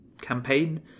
campaign